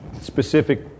specific